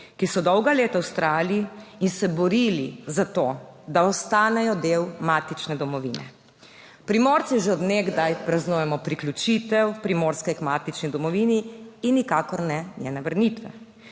ki so dolga leta vztrajali in se borili za to, da ostanejo del matične domovine. Primorci že od nekdaj praznujemo priključitev Primorske k matični domovini in nikakor ne njene vrnitve.